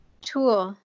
tool